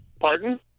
Pardon